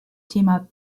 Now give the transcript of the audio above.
thema